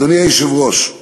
אדוני היושב-ראש,